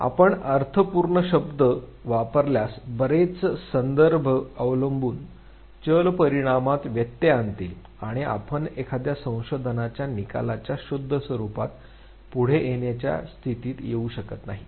आपण अर्थपूर्ण शब्द वापरल्यास बरेच संदर्भ अवलंबून चल परिणामात व्यत्यय आणतील आणि आपण एखाद्या संशोधनाच्या निकालाच्या शुद्ध स्वरूपात पुढे येण्याच्या स्थितीत येऊ शकत नाही